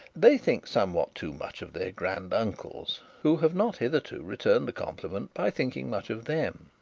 they think somewhat too much of their grand uncles, who have not hitherto returned the compliment by thinking much of them.